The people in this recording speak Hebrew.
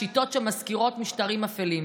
בשיטות שמזכירות משטרים אפלים.